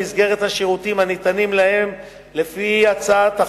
במסגרת השירותים הניתנים להם לפי הצעת החוק,